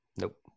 nope